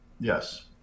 Yes